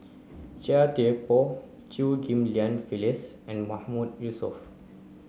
Chia Thye Poh Chew Ghim Lian Phyllis and Mahmood Yusof